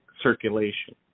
circulation